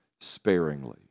sparingly